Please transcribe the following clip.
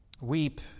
Weep